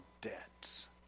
debts